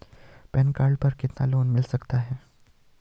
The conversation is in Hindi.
पैन कार्ड पर कितना लोन मिल सकता है?